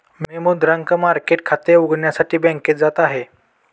मी मुद्रांक मार्केट खाते उघडण्यासाठी बँकेत जात आहे